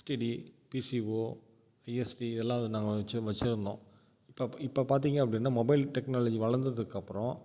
STD PCO ISD எல்லாம் நாங்கள் வச்சு வச்சுருந்தோம் இப்போ பார்த்தீங்க அப்படின்னா மொபைல் டெக்னாலஜி வளர்ந்ததுக்கப்பறம்